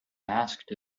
asked